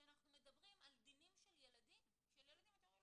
כשאנחנו מדברים על דינים של ילדים אתם אומרים,